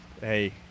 hey